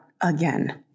again